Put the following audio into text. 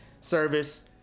service